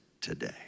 today